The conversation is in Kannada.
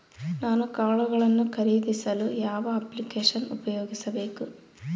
ನಾನು ಕಾಳುಗಳನ್ನು ಖರೇದಿಸಲು ಯಾವ ಅಪ್ಲಿಕೇಶನ್ ಉಪಯೋಗಿಸಬೇಕು?